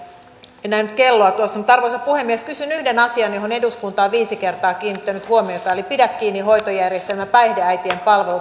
en nähnyt kelloa tuossa mutta arvoisa puhemies kysyn yhden asian johon eduskunta on viisi kertaa kiinnittänyt huomiota eli pidä kiinni hoitojärjestelmä päihdeäitien palvelut